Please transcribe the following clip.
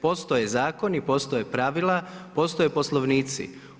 Postoje zakoni, postoje pravila, postoje Poslovnici.